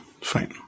fine